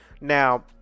Now